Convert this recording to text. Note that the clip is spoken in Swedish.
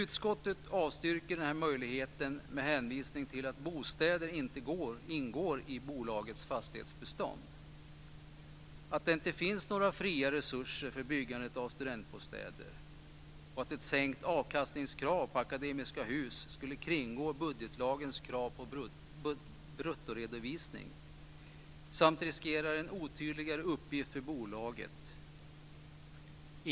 Utskottet avstyrker den här möjligheten med hänvisning till att bostäder inte ingår i bolagets fastighetsbestånd, att det inte finns några fria resurser för byggandet av studentbostäder och att ett sänkt avkastningskrav på Akademiska Hus skulle kringgå budgetlagens krav på bruttoredovisning samt riskera en otydligare uppgift för bolaget.